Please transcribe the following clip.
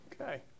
Okay